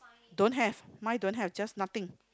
don't have mine don't have just nothing